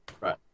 Right